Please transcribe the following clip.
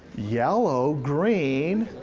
yellow, green,